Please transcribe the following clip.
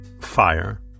fire